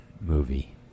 movie